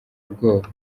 ubwoba